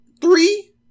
Three